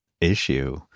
issue